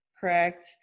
Correct